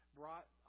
brought